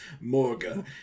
Morga